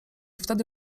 wtedy